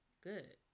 good